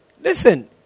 Listen